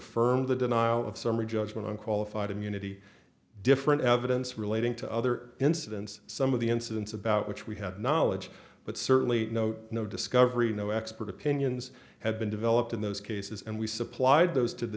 the denial of summary judgment on qualified immunity different evidence relating to other incidents some of the incidents about which we had knowledge but certainly no no discovery no expert opinions had been developed in those cases and we supplied those to the